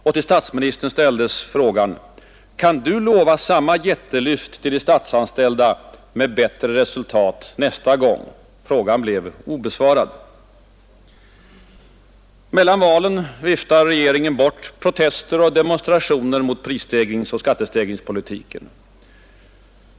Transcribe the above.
Och till statsministern ställdes frågan: ”Kan Du lova samma jättelyft till de statsanställda med bättre resultat nästa gång?” Frågan blev obesvarad. Mellan valen viftar regeringen bort protester och demonstrationer mot prisstegringsoch skattestegringspolitiken.